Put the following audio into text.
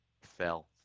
fell